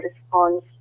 response